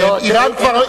אפילו אירן לא מוגדרת.